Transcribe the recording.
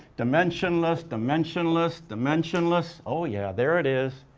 dimensionless, dimensionless, dimensionless. oh yeah, there it is.